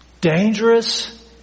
Dangerous